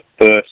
first